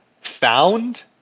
found